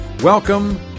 Welcome